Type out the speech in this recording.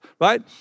right